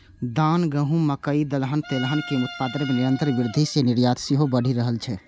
धान, गहूम, मकइ, दलहन, तेलहन के उत्पादन मे निरंतर वृद्धि सं निर्यात सेहो बढ़ि रहल छै